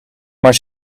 maar